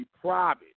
private